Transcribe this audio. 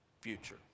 future